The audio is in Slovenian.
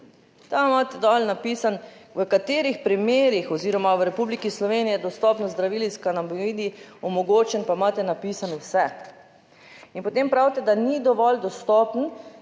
tam imate dol napisano v katerih primerih oziroma v Republiki Sloveniji je dostopnost zdravil s kanabinoidi omogočen, pa imate napisano vse in potem pravite, da ni dovolj dostopen,